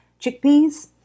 chickpeas